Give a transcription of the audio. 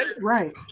right